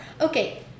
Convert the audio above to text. Okay